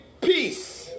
peace